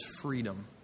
freedom